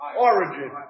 origin